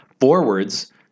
forwards